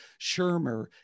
Shermer